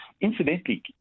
incidentally